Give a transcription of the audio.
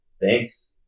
Thanks